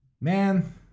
Man